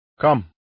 Come